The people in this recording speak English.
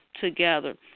together